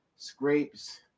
Scrapes